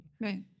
Right